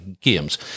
games